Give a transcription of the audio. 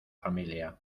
familia